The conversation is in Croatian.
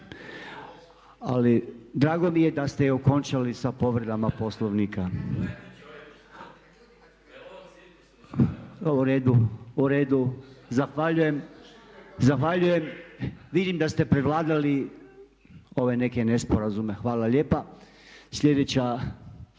Ali drago mi je da ste je okončali sa povredama Poslovnika. U redu. Zahvaljujem. Vidim da ste prevladali ove neke nesporazume. Hvala lijepa. Sljedeća